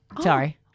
sorry